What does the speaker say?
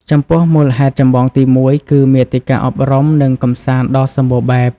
ចំពោះ មូលហេតុចម្បងទីមួយគឺ មាតិកាអប់រំ និងកម្សាន្តដ៏សម្បូរបែប។